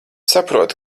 saprotu